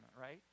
right